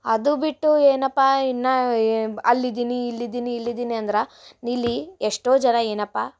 ಅದು ಬಿಟ್ಟು ಏನಪ್ಪ ಇನ್ನ ಅಲ್ಲಿದ್ದೀನಿ ಇಲ್ಲಿದ್ದೀನಿ ಇಲ್ಲಿದ್ದೀನಿ ಅಂದ್ರ ಇಲ್ಲಿ ಎಷ್ಟೋ ಜನ ಏನಪ್ಪ